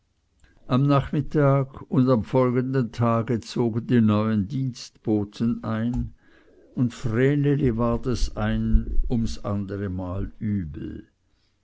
am nachmittag und am folgenden tage zogen die neuen dienstboten ein und vreneli ward es ein um das andere mal übel